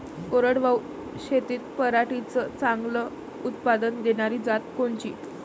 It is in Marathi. कोरडवाहू शेतीत पराटीचं चांगलं उत्पादन देनारी जात कोनची?